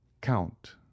count